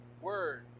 word